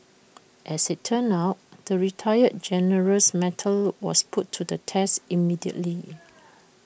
as IT turned out the retired general's mettle was put to the test immediately